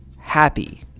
happy